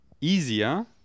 easier